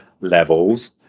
levels